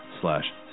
slash